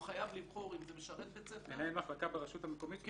הוא חייב לבחור אם זה משרת בית ספר --- מנהל מחלקה ברשות המקומית?